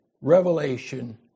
revelation